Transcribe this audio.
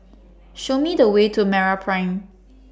Show Me The Way to Meraprime